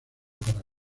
para